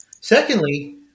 Secondly